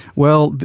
well,